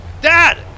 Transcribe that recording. Dad